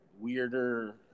weirder